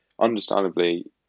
understandably